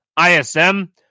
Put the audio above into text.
ism